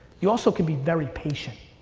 you also can be very patient.